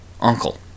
uncle